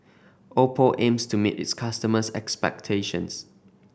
oppo aims to meet its customers' expectations